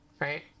right